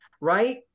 right